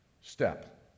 step